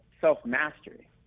self-mastery